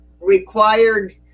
required